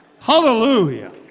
Hallelujah